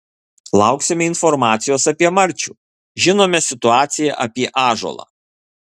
lauksime informacijos apie marčių žinome situaciją apie ąžuolą